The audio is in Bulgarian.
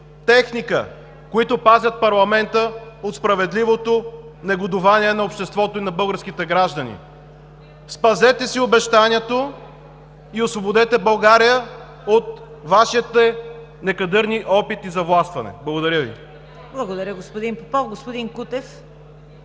техника, които пазят парламента от справедливото негодувание на обществото, на българските граждани! Спазете си обещанието и освободете България от Вашите некадърни опити за властване! Благодаря Ви. (Реплики от народните